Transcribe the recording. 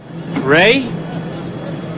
Ray